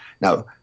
Now